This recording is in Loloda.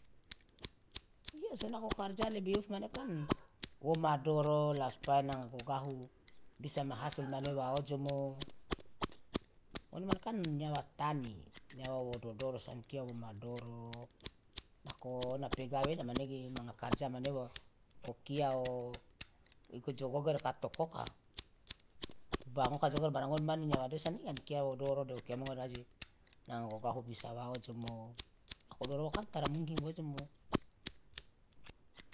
iya so nako karja lebe iofi mane kan woma doro la spaya nanga gogahu bisa mahasil mane wa ojomo ngone mane kan nyawa tani nyawa wo dodoro so ankia woma doro nako ona pegawe ena manege manga karja mane okia jogogere lo ka tokoka bank oka jogogere barang ngone mane nyawa desa nege an kia wo doro de wo de aje nanga gogahu bisa wa ojomo nako doroka kan tara mungkin wo ojomo.